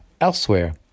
Elsewhere